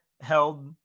held